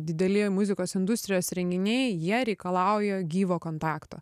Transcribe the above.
dideli muzikos industrijos renginiai jie reikalauja gyvo kontakto